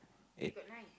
eight